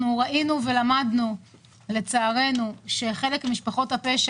לצערנו אנחנו למדים שחלק ממשפחות הפשע